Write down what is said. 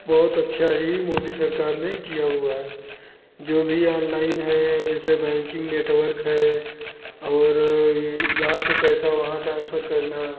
बहुत अच्छी ही मोदी सरकार ने किया हुआ है जो भी ऑनलाइन है जैसे बैंकिंग नेटवर्क है और य यहाँ से पैसा वहाँ ट्रान्सफर करना